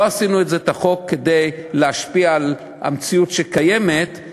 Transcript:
לא עשינו את החוק כדי להשפיע על המציאות שקיימת,